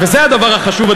וזה הדבר החשוב,